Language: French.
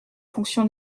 fonction